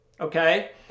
Okay